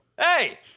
hey